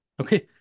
Okay